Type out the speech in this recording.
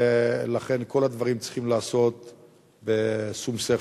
ולכן כל הדברים צריכים להיעשות בשום שכל.